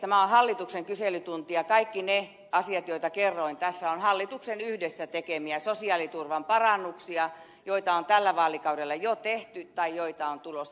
tämä on hallituksen kyselytunti ja kaikki ne asiat joita kerroin tässä ovat hallituksen yhdessä tekemiä sosiaaliturvan parannuksia joita on tällä vaalikaudella jo tehty tai joita on tulossa